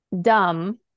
dumb